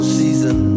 season